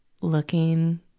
looking